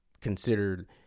Considered